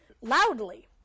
loudly